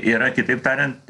yra kitaip tariant